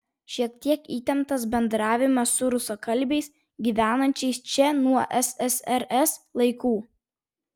šiek tiek įtemptas bendravimas su rusakalbiais gyvenančiais čia nuo ssrs laikų